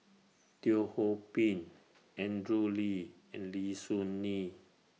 Teo Ho Pin Andrew Lee and Lim Soo Ngee